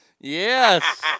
yes